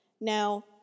Now